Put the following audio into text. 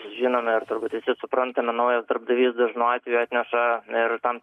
žinome ir turbūt visi suprantame naujas darbdavys dažnu atveju atneša ir tam